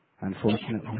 unfortunately